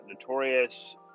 notorious